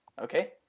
Okay